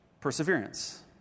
perseverance